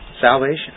Salvation